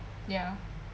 ya